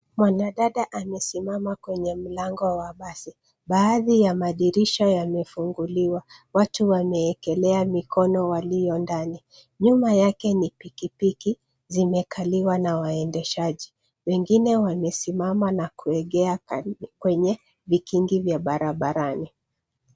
Mwanadada amesimama kwenye mlango wa basi. Baadhi ya madirisha yamefunguliwa. Watu wamewekelea mikono walio ndani. Nyuma yake ni pikipiki zimekaliwa na waendeshaji. Wengine wamesimama na kuegemea kwenye vikingi vya barabarani.